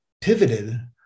pivoted